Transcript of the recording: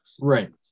Right